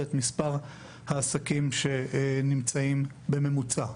ואת מספר העסקים שנמצאים בממוצע.